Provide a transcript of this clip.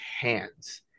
hands